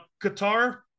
Qatar –